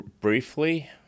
briefly